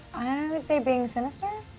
would say being sinister?